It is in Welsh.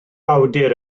awdur